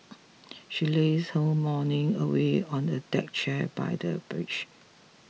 she lazed her whole morning away on a deck chair by the beach